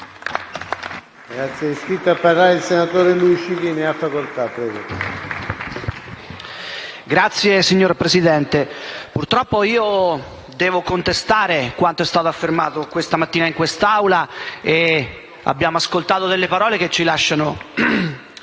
*(M5S)*. Signor Presidente, purtroppo devo contestare quanto è stato affermato questa mattina in quest'Aula: abbiamo ascoltato parole che ci lasciano